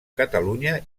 catalunya